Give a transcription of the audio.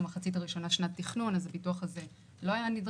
שהמחצית הראשונה של השנה הייתה מיועדת לתכנון אז הביטוח הזה לא נדרש.